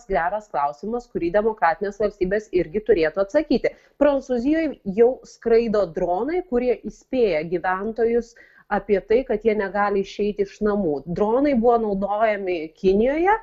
geras klausimas kurį demokratinės valstybės irgi turėtų atsakyti prancūzijoj jau skraido dronai kurie įspėja gyventojus apie tai kad jie negali išeiti iš namų dronai buvo naudojami kinijoje